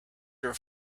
your